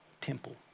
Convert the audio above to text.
temple